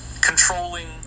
controlling